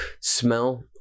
smell